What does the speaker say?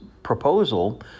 proposal